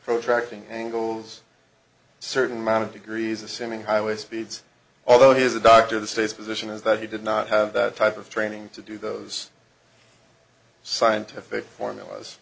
protracting angles certain amount of degrees assuming highway speeds although he is a doctor the state's position is that he did not have that type of training to do those scientific formulas